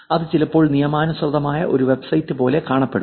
അത് ചിലപ്പോൾ നിയമാനുസൃതമായ ഒരു വെബ്സൈറ്റ് പോലെ കാണപ്പെടും